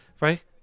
right